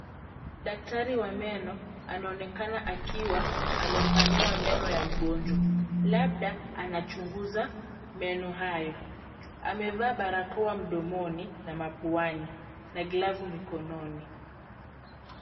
Daktari wa meno anaonekana akiwa amepanua meno ya mgonjwa labda anachunguza meno hayo. Amevaa barakoa mdomoni na mapuani na glavu mikononi.